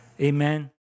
Amen